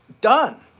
done